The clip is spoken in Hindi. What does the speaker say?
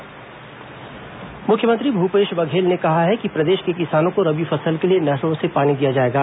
मुख्यमंत्री जांजगीर चांपा मुख्यमंत्री भूपेश बघेल ने कहा है कि प्रदेश के किसानों को रबी फसल के लिए नहरों से पानी दिया जाएगा